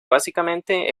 básicamente